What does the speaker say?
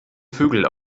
vögel